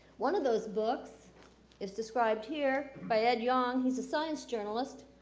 one of those books is described here by ed yong, who's a science journalist,